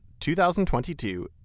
2022